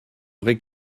vraie